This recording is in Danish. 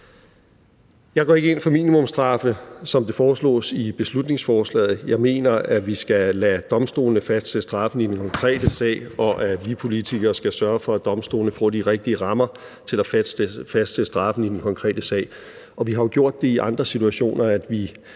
Jeg går ikke ind for minimumsstraffe, som det foreslås i beslutningsforslaget. Jeg mener, at vi skal lade domstolene fastsætte strafniveauet i den konkrete sag, og at vi politikere skal sørge for, at domstolene får de rigtige rammer til at fastsætte straffen i den konkrete sag. Og vi har jo gjort det i andre situationer, at vi